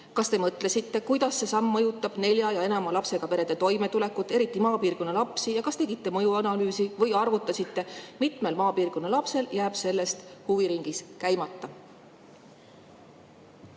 Kas te mõtlesite, kuidas see samm mõjutab nelja ja enama lapsega perede toimetulekut, eriti maapiirkonna lapsi? Kas tegite mõjuanalüüsi või arvutasite, mitmel maapiirkonna lapsel jääb selle tõttu huviringis käimata?